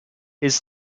his